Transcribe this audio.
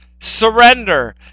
surrender